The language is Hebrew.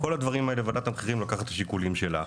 את כל הדברים האלה ועדת המחירים לוקחת בשיקולים שלה.